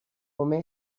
nome